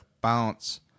bounce